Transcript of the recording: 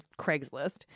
Craigslist